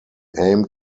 aim